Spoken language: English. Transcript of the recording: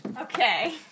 Okay